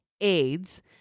AIDS